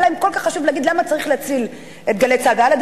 היה להם כל כך חשוב להגיד למה צריך להציל את "גלי צה"ל",